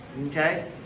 okay